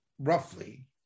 roughly